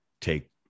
take